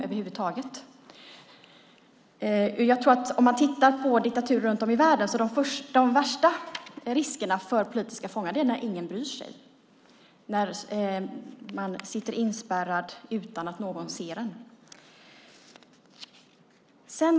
Den största risken för politiska fångar i diktaturer runt om i världen är att ingen bryr sig. Man sitter inspärrad utan att någon ser det.